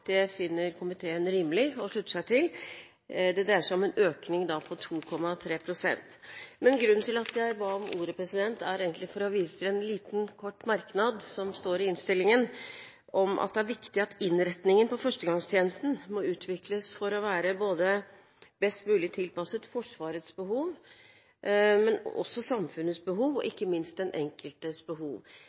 Det finner komiteen rimelig å slutte seg til. Det dreier seg om en økning på 2,3 pst. Grunnen til at jeg ba om ordet, er egentlig for å vise til en liten merknad i innstillingen, at «det er viktig at innretningen på førstegangstjenesten må utvikles for å være best mulig tilpasset» Forsvarets behov, men også samfunnets behov – og ikke minst «den enkelte vernepliktiges behov».